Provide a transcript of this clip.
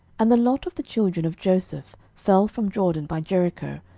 and the lot of the children of joseph fell from jordan by jericho,